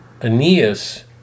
Aeneas